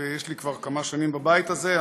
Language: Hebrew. ויש לי כבר כמה שנים בבית הזה,